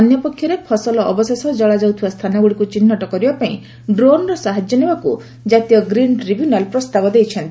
ଅନ୍ୟପକ୍ଷରେ ଫସଲ ଅବଶେଷ ଜଳାଯାଉଥିବା ସ୍ଥାନଗୁଡ଼ିକୁ ଚିହ୍ନଟ କରିବାପାଇଁ ଡ୍ରୋନ୍ର ସାହାଯ୍ୟ ନେବାକୁ ଜାତୀୟ ଗ୍ରୀନ୍ ଟ୍ରିବ୍ୟୁନାଲ୍ ପ୍ରସ୍ତାବ ଦେଇଛନ୍ତି